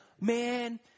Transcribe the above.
man